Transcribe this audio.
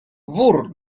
wór